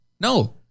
No